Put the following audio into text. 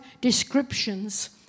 descriptions